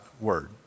word